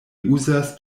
uzas